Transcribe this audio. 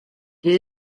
les